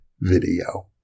video